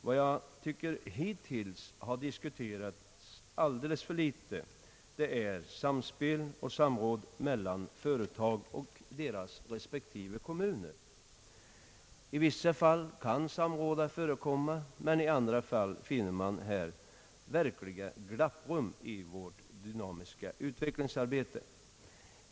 Vad jag tycker hittills har diskuterats alldeles för litet är samspel och samråd mellan företag och deras respektive kommuner. I vissa fall kan samråd förekomma men i andra finner man här verkliga glapprum i vårt dynamiska utvecklingsarbete.